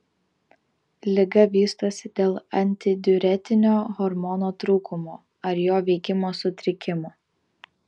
liga vystosi dėl antidiuretinio hormono trūkumo ar jo veikimo sutrikimo